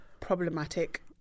problematic